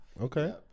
Okay